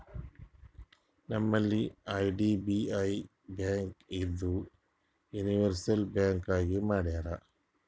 ನಂಬಲ್ಲಿ IDBI bank ಇದ್ದಿದು universal bank ಆಗಿ ಮಾಡ್ಯಾರ್